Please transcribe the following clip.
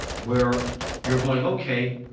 where you're going, okay,